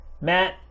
Matt